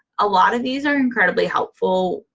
a lot of these are incredibly helpful.